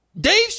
Dave